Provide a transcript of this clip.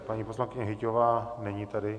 Paní poslankyně Hyťhová, není tady.